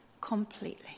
completely